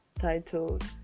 titled